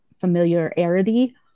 familiarity